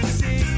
see